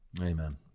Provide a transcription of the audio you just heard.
Amen